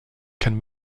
can